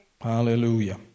Hallelujah